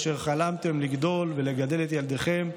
אשר חלמתם לגדול ולגדל את ילדיכם,